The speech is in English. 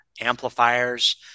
amplifiers